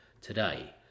today